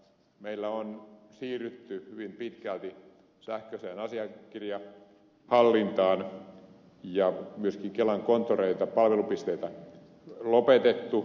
meillä on siirrytty hyvin pitkälti sähköiseen asiakirjahallintaan ja myöskin kelan konttoreita palvelupisteitä on lopetettu